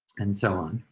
and so on.